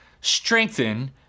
strengthen